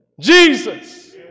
Jesus